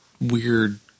weird